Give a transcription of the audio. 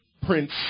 Prince